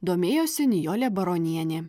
domėjosi nijolė baronienė